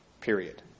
period